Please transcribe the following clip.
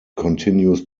continues